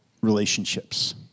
relationships